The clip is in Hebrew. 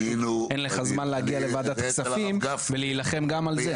פשוט אין לך זמן להגיע לוועדת הכספים ולהילחם גם על זה.